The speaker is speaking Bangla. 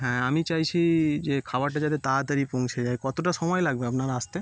হ্যাঁ আমি চাইছি যে খাবারটা যাতে তাড়াতাড়ি পৌঁছে যায় কতোটা সময় লাগবে আপনার আসতে